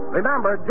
Remember